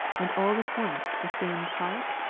and all at once the same part?